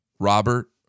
Robert